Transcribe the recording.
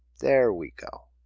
there we go.